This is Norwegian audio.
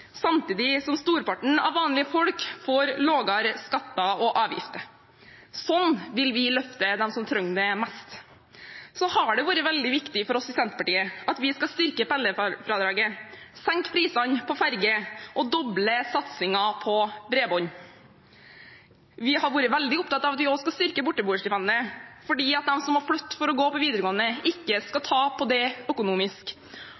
Samtidig får storparten av vanlige folk lavere skatter og avgifter. Sånn vil vi løfte dem som trenger det mest. Det har vært veldig viktig for oss i Senterpartiet at vi skal styrke pendlerfradraget, senke prisene på ferge og doble satsingen på bredbånd. Vi har vært veldig opptatt av at vi også skal styrke borteboerstipendet, for de som må flytte for å gå på videregående, skal ikke